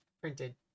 printed